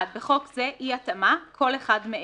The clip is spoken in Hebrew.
בחוק זה, "אי התאמה" כל אחד מאלה: